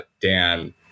Dan